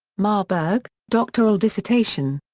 marburg doctoral dissertation.